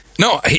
No